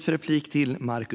Tack så mycket!